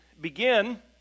begin